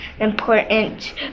important